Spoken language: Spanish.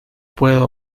puedo